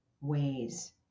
ways